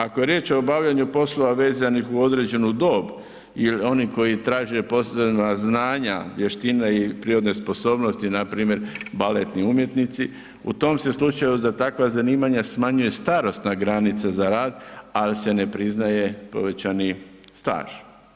Ako je riječ o obavljanju poslova vezanih uz određenu dob ili oni koji traže posebna znanja, vještine i prirodne sposobnosti, npr. baletni umjetnici, u tom se slučaju za takva zanimanja smanjuje starosna granica za rad, ali se ne priznaje povećani staž.